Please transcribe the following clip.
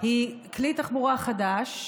היא כלי תחבורה חדש שייפתח,